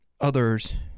Others